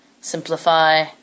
Simplify